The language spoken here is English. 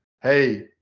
hey